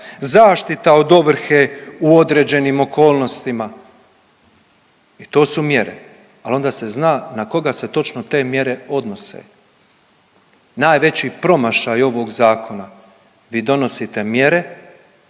zaštita od ovrhe u određenim okolnostima. I to su mjere, ali onda se zna na koga se točno te mjere odnose. Najveći promašaj ovog zakona, vi donosite mjere,